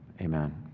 Amen